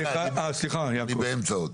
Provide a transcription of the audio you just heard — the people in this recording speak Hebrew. אני באמצע עוד.